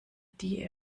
die